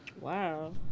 Wow